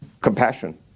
compassion